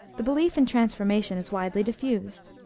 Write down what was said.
the belief in transformation is widely diffused.